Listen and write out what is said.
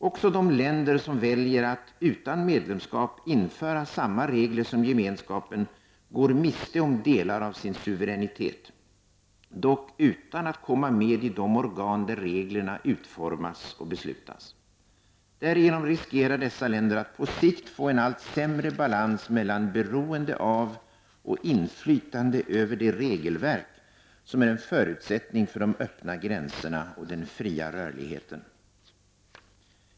Också de länder som väljer att, utan medlemskap, införa samma regler som Gemenskapen går miste om delar av sin suveränitet, dock utan att komma med i de organ där reglerna utformas och beslutas. Därigenom riskerar dessa länder att på sikt få en allt sämre balans mellan beroende av och inflytande över det regelverk som är en förutsättning för de öppna gränserna och den fria rörligheten.